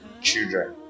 children